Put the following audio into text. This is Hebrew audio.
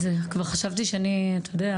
זה הון אנושי, יוקר המחייה, סל הבריאות, הזדקנות